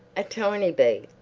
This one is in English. a tiny bee,